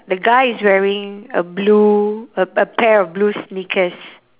the guy is wearing a blue a a pair of blue sneakers